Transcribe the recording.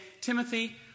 Timothy